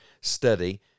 study